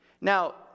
Now